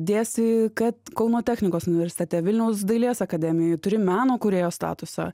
dėsi kad kauno technikos universitete vilniaus dailės akademijoj turi meno kūrėjo statusą